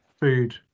Food